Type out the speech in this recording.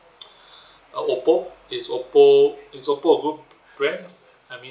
uh oppo is oppo is oppo a good brand I mean